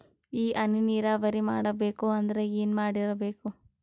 ಈ ಹನಿ ನೀರಾವರಿ ಮಾಡಬೇಕು ಅಂದ್ರ ಏನ್ ಮಾಡಿರಬೇಕು?